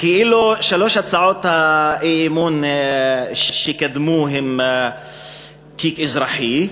כאילו שלוש הצעות האי-אמון שקדמו הן תיק אזרחי,